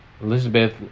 Elizabeth